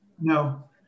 No